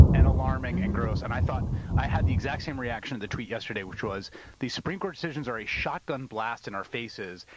and alarming and gross. and i thought i had the exact same reaction to the tweet yesterday, which was the supreme court decisions are a shotgun blast in our faces.